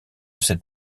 cette